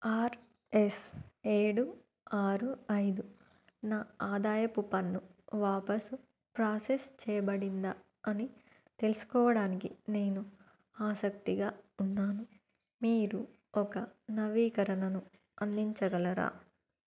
are S ఏడు ఆరు ఐదు నా ఆదాయపు పన్ను వాపసు ప్రాసెస్ చేయబడిందా అని తెలుసుకోవడానికి నేను ఆసక్తిగా ఉన్నాను మీరు ఒక నవీకరణను అందించగలరా